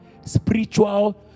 Spiritual